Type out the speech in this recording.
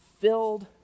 filled